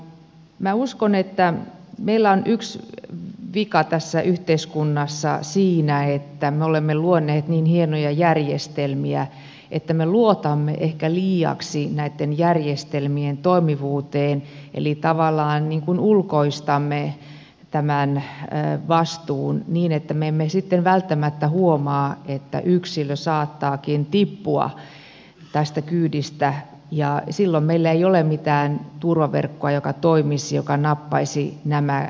minä uskon että meillä on yksi vika tässä yhteiskunnassa siinä että me olemme luoneet niin hienoja järjestelmiä että me luotamme ehkä liiaksi näiden järjestelmien toimivuuteen eli tavallaan ulkoistamme tämän vastuun niin että me emme sitten välttämättä huomaa että yksilö saattaakin tippua tästä kyydistä ja silloin meillä ei ole mitään turvaverkkoa joka toimisi joka nappaisi nämä yksilöt kiinni